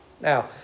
Now